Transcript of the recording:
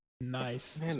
Nice